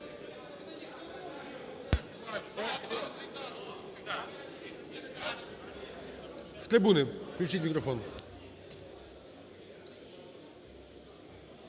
Дякую.